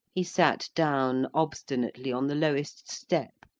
he sat down obstinately on the lowest step,